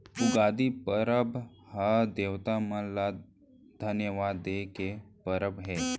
उगादी परब ह देवता मन ल धन्यवाद दे के परब हे